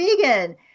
vegan